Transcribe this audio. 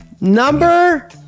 Number